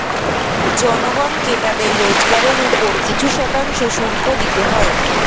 জনগণকে তাদের রোজগারের উপর কিছু শতাংশ শুল্ক দিতে হয়